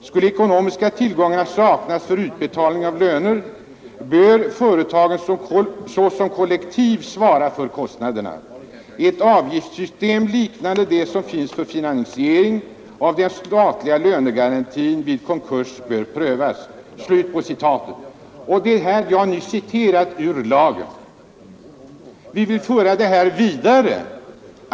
Skulle ekonomiska tillgångar saknas för utbetalning av löner bör företagen såsom kollektiv få svara för kostnaderna. Ett avgiftssystem liknande det som finns för finansiering av den statliga lönegarantin vid konkurs bör prövas.” Jag citerade tidigare ur den proposition som låg till grund för lagen. Vi vill föra detta vidare.